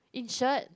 insured